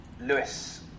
Lewis